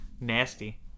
Nasty